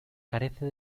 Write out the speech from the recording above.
carece